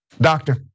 Doctor